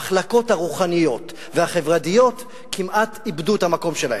המחלקות הרוחניות והחברתיות כמעט איבדו את המקום שלהן.